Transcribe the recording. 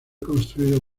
construido